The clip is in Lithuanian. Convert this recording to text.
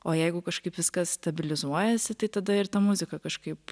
o jeigu kažkaip viskas stabilizuojasi tai tada ir ta muzika kažkaip